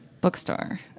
bookstore